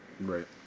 right